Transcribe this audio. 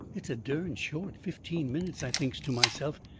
it's a dern short fifteen minutes, i thinks to myself.